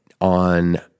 On